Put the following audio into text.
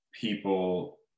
people